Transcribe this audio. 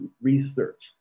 research